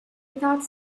without